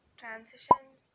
transitions